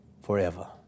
forever